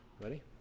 Ready